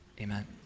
amen